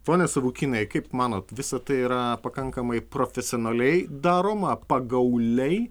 pone savukynai kaip manot visa tai yra pakankamai profesionaliai daroma pagauliai